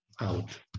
Out